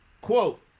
Quote